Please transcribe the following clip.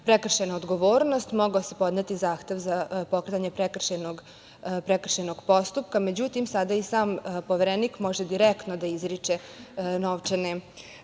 prekršajna odgovornost, mogao se podneti zahtev za pokretanje prekršajnog postupka. Međutim, sada i sam Poverenik može direktno da izriče novčane